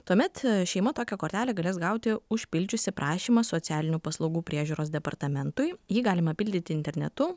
tuomet šeima tokią kortelę galės gauti užpildžiusi prašymą socialinių paslaugų priežiūros departamentui jį galima pildyti internetu